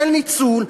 של ניצול,